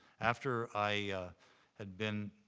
after i had been,